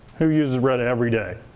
who uses reddit everyday?